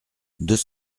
deux